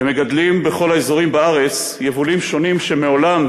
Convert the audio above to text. ומגדלים בכל האזורים בארץ יבולים שונים שמעולם,